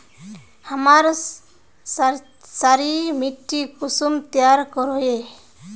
हमार क्षारी मिट्टी कुंसम तैयार करोही?